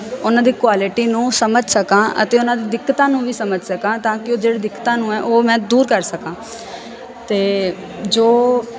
ਉਹਨਾਂ ਦੀ ਕੁਆਲਿਟੀ ਨੂੰ ਸਮਝ ਸਕਾਂ ਅਤੇ ਉਹਨਾਂ ਦੀ ਦਿੱਕਤਾਂ ਨੂੰ ਵੀ ਸਮਝ ਸਕਾਂ ਤਾਂ ਕਿ ਉਹ ਜਿਹੜੀ ਦਿੱਕਤਾਂ ਨੂੰ ਹੈ ਉਹ ਮੈਂ ਦੂਰ ਕਰ ਸਕਾਂ ਅਤੇ ਜੋ